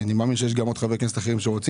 אני מאמין שיש עוד חברי כנסת שרוצים.